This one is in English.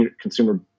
consumer